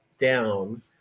down